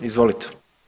Izvolite.